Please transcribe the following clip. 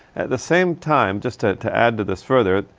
at the same time, just to, to add to this further,